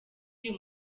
uyu